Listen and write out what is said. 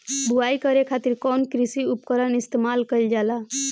बुआई करे खातिर कउन कृषी उपकरण इस्तेमाल कईल जाला?